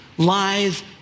lies